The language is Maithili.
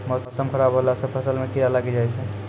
मौसम खराब हौला से फ़सल मे कीड़ा लागी जाय छै?